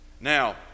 Now